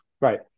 Right